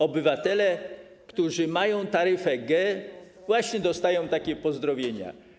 Obywatele, którzy mają taryfę G, właśnie dostają takie pozdrowienia.